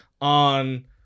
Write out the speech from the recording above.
on